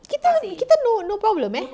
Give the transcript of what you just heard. kita kita no no problem eh